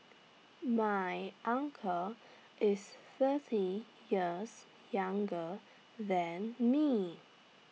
my uncle is thirty years younger than me